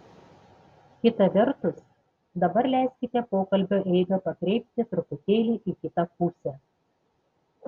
kita vertus dabar leiskite pokalbio eigą pakreipti truputėlį į kitą pusę